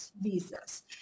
visas